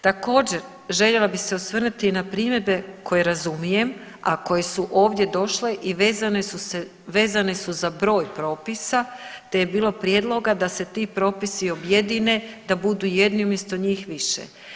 Također željela bih se osvrnuti na primjedbe koje razumijem, a koje su ovdje došle i vezane su za broj propisa te je bilo prijedloga da se ti propisi objedine da budu jedni umjesto njih više.